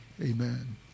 Amen